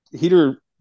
heater